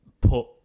put